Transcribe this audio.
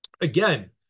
Again